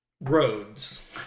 roads